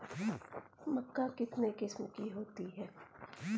मक्का कितने किस्म की होती है?